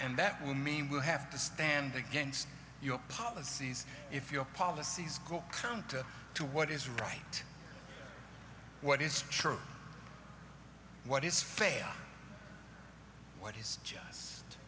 and that will mean we'll have to stand against your policies if your policies go counter to what is right what is true what is fair what is just